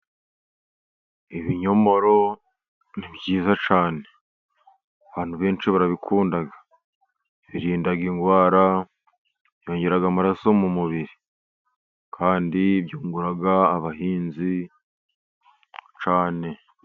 Ibinyomoro ni byiza cyane, abantu benshi barabikunda, birinda indwara byongera amaraso mu mubiri, kandi byungura abahinzi cyane.